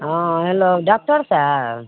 हँ hello doctor साहेब